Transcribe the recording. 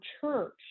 church